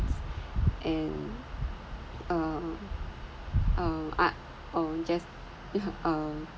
and uh uh ah oh just uh